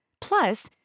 Plus